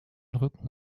rücken